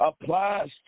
applies